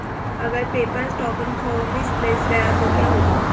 अगर paper token खो misplaced गया तो क्या होगा?